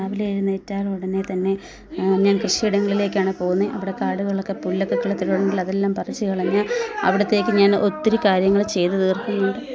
രാവിലെ എഴുന്നേറ്റാലുടനെ തന്നെ ഞാൻ കൃഷി ഇടങ്ങളിലേക്കാണ് പോകുന്നത് അവിടെ കാടുകളൊക്കെ പുല്ലൊക്കെ കിളിർത്തിട്ടുണ്ടേൽ അതെല്ലാം പറിച്ച് കളഞ്ഞ് അവിടത്തേക്ക് ഞാൻ ഒത്തിരി കാര്യങ്ങൾ ചെയ്ത് തീർക്കുന്നുണ്ട്